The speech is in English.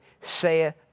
saith